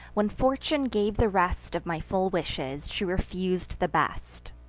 when fortune gave the rest of my full wishes, she refus'd the best!